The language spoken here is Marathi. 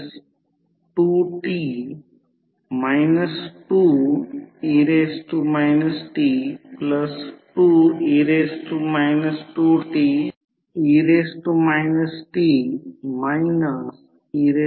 तर एडी करंट लॉस जो कोर लॉस कॉम्पोनेंट आहे तो मुळात एडी करंट आणि हिस्टेरेसिस लॉस देत आहे